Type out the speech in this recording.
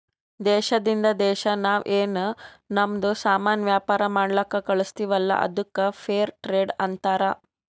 ದೇಶದಿಂದ್ ದೇಶಾ ನಾವ್ ಏನ್ ನಮ್ದು ಸಾಮಾನ್ ವ್ಯಾಪಾರ ಮಾಡ್ಲಕ್ ಕಳುಸ್ತಿವಲ್ಲ ಅದ್ದುಕ್ ಫೇರ್ ಟ್ರೇಡ್ ಅಂತಾರ